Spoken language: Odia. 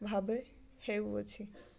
ଭାବେ ହେଉଅଛି